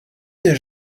n’ai